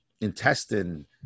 intestine